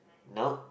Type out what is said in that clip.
nope